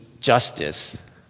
justice